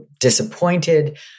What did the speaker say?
disappointed